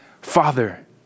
Father